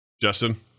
Justin